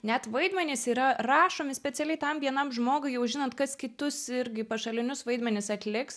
net vaidmenys yra rašomi specialiai tam vienam žmogui jau žinant kas kitus irgi pašalinius vaidmenis atliks